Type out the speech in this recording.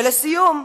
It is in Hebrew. ולסיום,